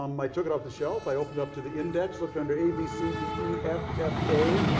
um i took it off the shelf. i opened up to the index looked under a, b, c, d, e, f, f, a,